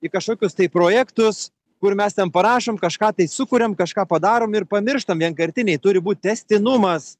į kažkokius tai projektus kur mes tam parašom kažką tai sukuriam kažką padarom ir pamirštam vienkartiniai turi būti tęstinumas